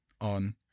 on